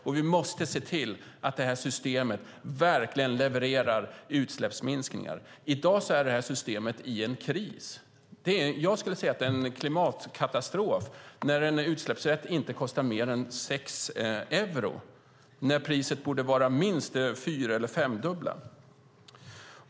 Och vi måste se till att systemet verkligen levererar utsläppsminskningar. I dag är systemet i en kris. Jag skulle säga att det är en klimatkatastrof när en utsläppsrätt inte kostar mer än 6 euro. Priset borde vara minst det fyr eller femdubbla.